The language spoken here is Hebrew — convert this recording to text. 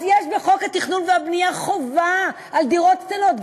אז יש בחוק התכנון והבנייה חובה של דירות קטנות,